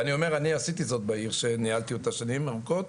ואני אומר אני עשיתי זאת בעיר שניהלתי אותה שנים ארוכות.